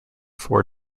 four